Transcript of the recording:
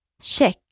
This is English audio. Check